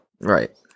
Right